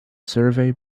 survey